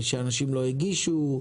שאנשים לא הגישו,